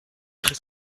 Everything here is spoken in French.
très